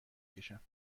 کشم